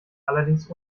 allerdings